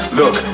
look